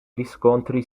riscontri